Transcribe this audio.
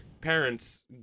parents